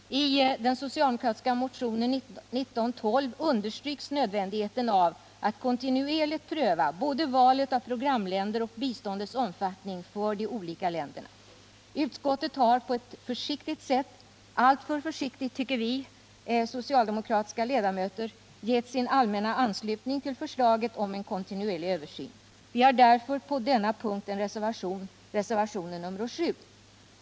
I den socialdemokratiska motionen 1912 understryks nödvändigheten av att kontinuerligt pröva både valet av programländer och biståndets omfattning för de olika länderna. Utskottet har på ett försiktigt sätt — alltför försiktigt tycker vi socialdemokratiska ledamöter — gett sin allmänna anslutning till förslaget om en kontinuerlig översyn. Vi har därför på denna punkt en reservation, nr 4 vid avsnittet 7.